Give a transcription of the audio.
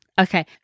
Okay